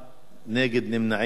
נגד ונמנעים, אין.